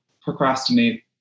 procrastinate